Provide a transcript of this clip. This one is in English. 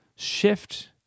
shift